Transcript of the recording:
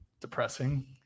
depressing